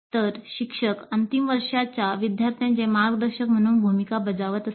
तर शिक्षक अंतिम वर्षाच्या विद्यार्थ्यांचे मार्गदर्शक म्हणून भूमिका बजावतात